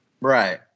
right